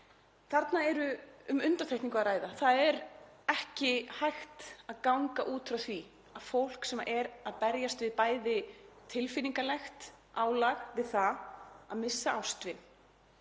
Þarna er um undantekningu að ræða. Það er ekki hægt að ganga út frá því að fólk sem er að berjast við bæði tilfinningalegt álag við það að missa ástvin